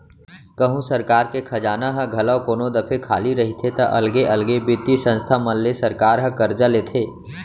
कहूँ सरकार के खजाना ह घलौ कोनो दफे खाली रहिथे ता अलगे अलगे बित्तीय संस्था मन ले सरकार ह करजा लेथे